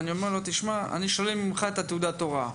ואומר לו: "אני שולל ממך את תעודת ההוראה".